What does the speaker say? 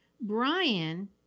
Brian